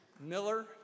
Miller